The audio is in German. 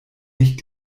nicht